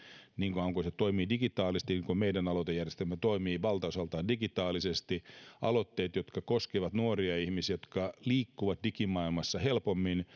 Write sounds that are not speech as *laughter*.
niin kauan kuin aloitejärjestelmä toimii digitaalisesti niin kuin meidän aloitejärjestelmämme toimii valtaosaltaan digitaalisesti aloitteet jotka koskevat nuoria ihmisiä jotka liikkuvat digimaailmassa helpommin *unintelligible*